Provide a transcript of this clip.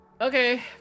Okay